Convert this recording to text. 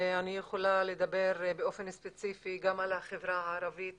ואני יכולה לדבר באופן ספציפי גם על החברה הערבית